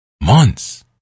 months